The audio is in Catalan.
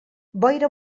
boira